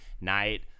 Night